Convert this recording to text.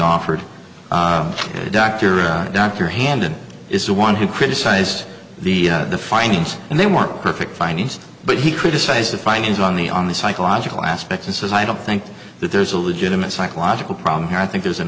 offered a doctor a doctor handed is the one who criticize the findings and they were perfect findings but he criticised the findings on the on the psychological aspects and says i don't think that there's a legitimate psychological problem here i think there's an